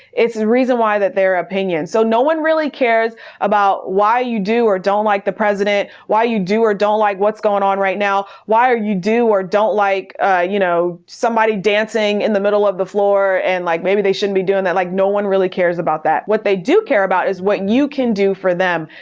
it's the reason why they are opinions. so no one really cares about why you do or don't like the president, why you do or don't like what's going on right now? why are you do or don't like you know somebody dancing in the middle of the floor and like maybe they shouldn't be doing that. no one really cares about that. what they do care about is what you can do for them.